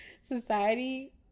Society